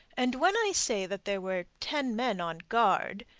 and when i say that there were ten men on guard,